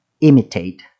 imitate